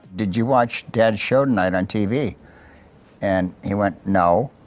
did you watch dad's show tonight on tv and he went, no.